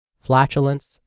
flatulence